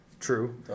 True